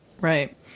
Right